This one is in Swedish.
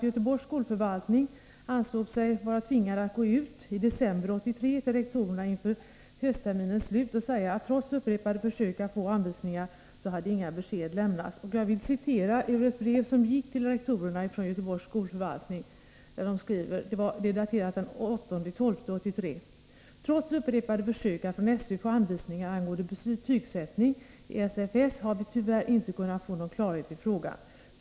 Göteborgs skolförvaltning ansåg sig vara tvingad att gå ut till rektorerna i december 1983 inför höstterminens slut och säga att inga besked lämnats, trots upprepade försök att få anvisningar. I ett brev, daterat den 8 december 1983, från Göteborgs skolförvaltning till rektorerna skrivs: ”Trots upprepade försök att från SÖ få anvisningar angående betygssättning i SFS har vi tyvärr inte kunnat få någon klarhet i frågan.